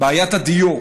בעיית הדיור.